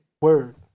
Word